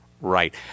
Right